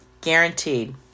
Guaranteed